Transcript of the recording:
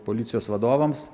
policijos vadovams